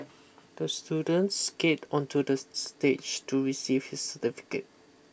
the student skated onto the stage to receive his certificate